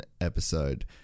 episode